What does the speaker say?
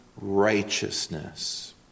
righteousness